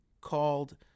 called